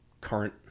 current